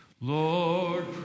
Lord